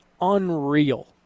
unreal